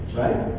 right